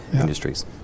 industries